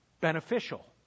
beneficial